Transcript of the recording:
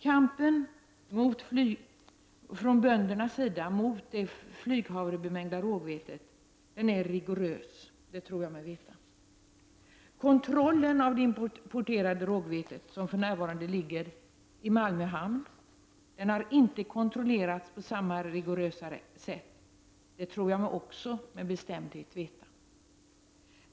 Kampen från böndernas sida mot det flyghavrebemängda rågvetet är rigorös, det tror jag mig veta. Det importerade rågvete som för närvarande ligger i Malmö hamn har inte kontrollerats på samma rigorösa sätt. Det tror jag mig också med bestämdhet veta.